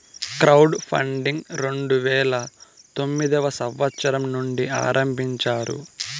crowd funding రెండు వేల తొమ్మిదవ సంవచ్చరం నుండి ఆరంభించారు